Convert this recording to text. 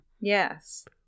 Yes